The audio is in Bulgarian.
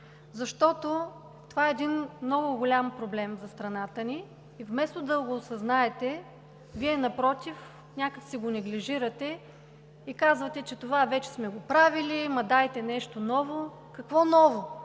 защото това е един много голям проблем за страната ни и вместо да го осъзнаете, Вие напротив, някак си го неглижирате и казвате, че това вече сме го правили, ама дайте нещо ново. Какво ново?